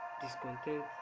Discontent